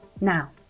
Now